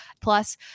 Plus